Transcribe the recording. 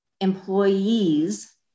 employees